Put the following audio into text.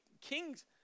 kings